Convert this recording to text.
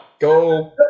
Go